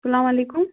السلام علیکُم